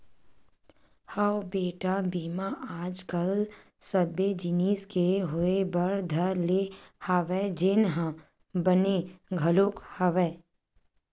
हव बेटा बीमा आज कल सबे जिनिस के होय बर धर ले हवय जेनहा बने घलोक हवय